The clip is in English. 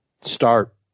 Start